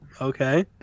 Okay